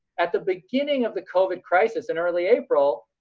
at the beginning of the covid crisis in early april,